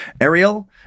Ariel